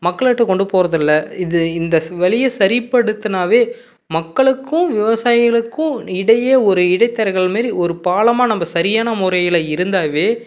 மக்களுகிட்ட கொண்டுப் போறதில்லை இது இந்த ஸ் வலழிய சரிப்படுத்துனாவே மக்களுக்கும் விவசாயிகளுக்கும் இடையே ஒரு இடைத்தரகர் மாரி ஒரு பாலமாக நம்ம சரியான முறையில் இருந்தாவே